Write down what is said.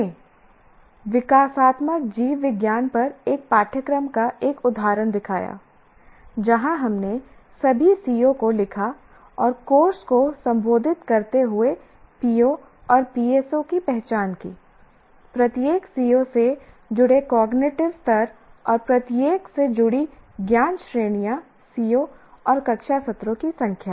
हमने विकासात्मक जीव विज्ञान पर एक पाठ्यक्रम का एक उदाहरण दिखाया जहाँ हमने सभी CO को लिखा और कोर्स को संबोधित करते हुए PO और PSO की पहचान की प्रत्येक CO से जुड़े कॉग्निटिव स्तर और प्रत्येक से जुड़ी ज्ञान श्रेणियां CO और कक्षा सत्रों की संख्या